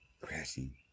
crashing